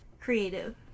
creative